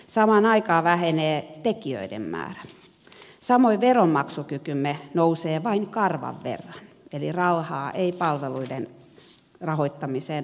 samaan aikaan vähenee tekijöiden määrä samoin veronmaksukykymme nousee vain karvan verran eli rahaa ei palveluiden rahoittamiseen ole